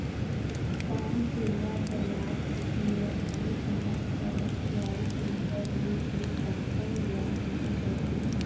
कौन एला ब्याज ई.एम.आई गांव कर चॉइस सेंटर ले भेज सकथव या आना परही?